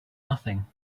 nothing